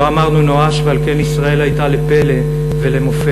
לא אמרנו נואש, ועל כן ישראל הייתה לפלא ולמופת.